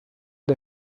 der